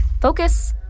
focus